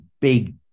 big